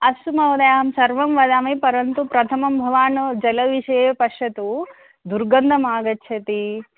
अस्तु महोदय अहं सर्वं वदामि परन्तु प्रथमं भवान् जलविषये पश्यतु दुर्गन्धमागच्छति